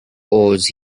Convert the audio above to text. oars